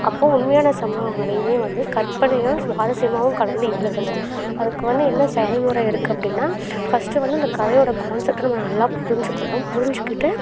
அப்போது உண்மையான சம்பவங்களையுமே வந்து கற்பனையாக சுவாரஸ்யமாகவும் கலந்து எழுதணும் அதுக்கு வந்து என்ன செயல்முறை இருக்குது அப்படின்னா ஃபஸ்ட்டு வந்து இந்த கதையோடய கான்செப்ட்டை நம்ம நல்லா புரிஞ்சிக்கணும் புரிஞ்சிக்கிட்டு